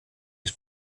his